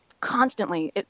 constantly